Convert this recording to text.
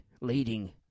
leading